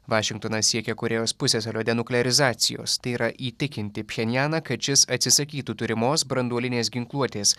vašingtonas siekia korėjos pusiasalio denuklerizacijos tai yra įtikinti pjenjaną kad šis atsisakytų turimos branduolinės ginkluotės